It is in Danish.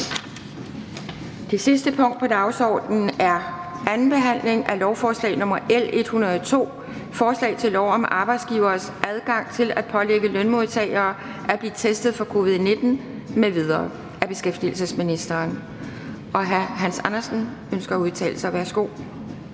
Det sidste punkt på dagsordenen er: 2) 2. behandling af lovforslag nr. L 102: Forslag til lov om arbejdsgiveres adgang til at pålægge lønmodtagere at blive testet for covid-19 m.v. Af beskæftigelsesministeren (Peter Hummelgaard).